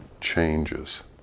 changes